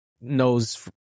knows